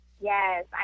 Yes